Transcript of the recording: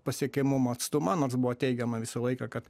pasiekiamumo atstumą nors buvo teigiama visą laiką kad